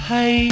Hey